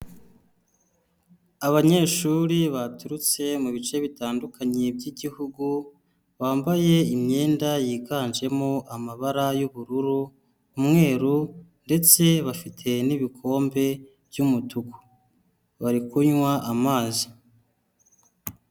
Abanyeshuri baturutse mu bice bitandukanye by'igihugu bambaye imyenda yiganjemo amabara y'ubururu, umweru ndetse bafite n'ibikombe by'umutuku bari kunywa amazi.